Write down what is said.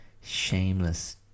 shameless